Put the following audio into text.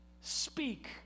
speak